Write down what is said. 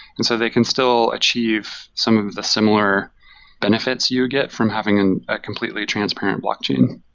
and so they can still achieve some of the similar benefits you get from having a completely transparent blockchain.